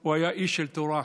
הוא היה איש של תורה,